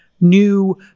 new